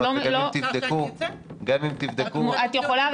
גם אם תבדקו --- את רוצה שאני אצא?